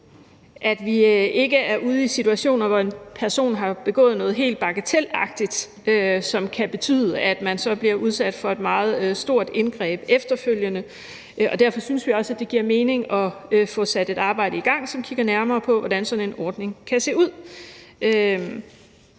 at vi ikke kommer ud i situationer, hvor en person har begået noget helt bagatelagtigt, som kan betyde, at man så bliver udsat for et meget stort indgreb efterfølgende. Derfor synes vi også, det giver mening at få sat et arbejde i gang, som kigger nærmere på, hvordan sådan en ordning kan se ud.